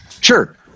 Sure